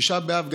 תשעה באב,